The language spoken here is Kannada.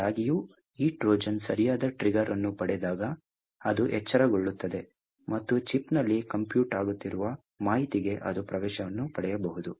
ಆದಾಗ್ಯೂ ಈ ಟ್ರೋಜನ್ ಸರಿಯಾದ ಟ್ರಿಗರ್ ಅನ್ನು ಪಡೆದಾಗ ಅದು ಎಚ್ಚರಗೊಳ್ಳುತ್ತದೆ ಮತ್ತು ಚಿಪ್ನಲ್ಲಿ ಕಂಪ್ಯೂಟ್ ಆಗುತ್ತಿರುವ ಮಾಹಿತಿಗೆ ಅದು ಪ್ರವೇಶವನ್ನು ಪಡೆಯಬಹುದು